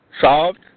solved